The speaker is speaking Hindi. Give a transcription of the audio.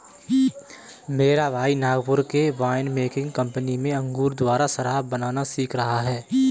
मेरा भाई नागपुर के वाइन मेकिंग कंपनी में अंगूर द्वारा शराब बनाना सीख रहा है